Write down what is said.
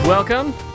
Welcome